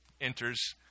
enters